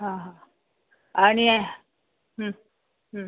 हां हां आणि